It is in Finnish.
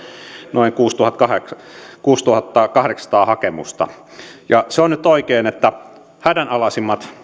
noin kuusituhattakahdeksansataa hakemusta se on nyt oikein että hädänalaisimmat